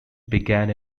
began